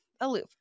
Aloof